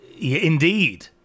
Indeed